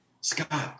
Scott